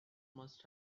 must